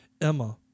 Emma